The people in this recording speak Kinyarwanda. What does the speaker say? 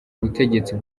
butegetsi